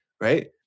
right